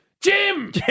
Jim